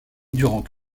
durant